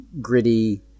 gritty